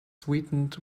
sweetened